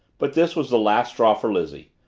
but this was the last straw for lizzie.